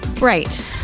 Right